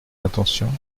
intentions